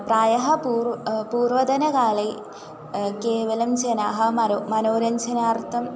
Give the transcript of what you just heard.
प्रायः पूर्वं पूर्वतनकाले केवलं जनाः मरो मनोरञ्जनार्थम्